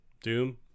doom